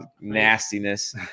nastiness